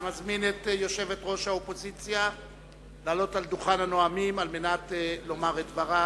ומזמין את יושבת-ראש האופוזיציה לעלות על דוכן הנואמים ולומר את דברה.